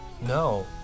no